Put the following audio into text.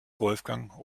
wolfgang